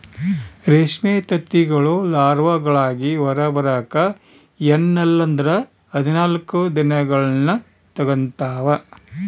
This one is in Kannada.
ರೇಷ್ಮೆ ತತ್ತಿಗಳು ಲಾರ್ವಾಗಳಾಗಿ ಹೊರಬರಕ ಎನ್ನಲ್ಲಂದ್ರ ಹದಿನಾಲ್ಕು ದಿನಗಳ್ನ ತೆಗಂತಾವ